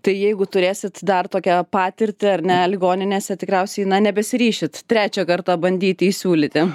tai jeigu turėsit dar tokią patirtį ar ne ligoninėse tikriausiai nebesiryš trečią kartą bandyti įsiūlyti